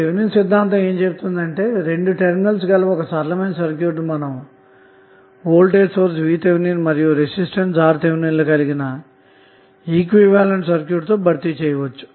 Thevenin సిద్ధాంతంఏమి చెబుతుంది అంటే రెండు టెర్మినల్స్ గల ఒక సరళమైన సర్క్యూట్ ను మనం వోల్టేజ్ సోర్స్ VTh మరియు రెసిస్టెన్స్ RTh ల ను కలిగిన ఈక్వివలెంట్ సర్క్యూట్ తో భర్తీచేయవచ్చు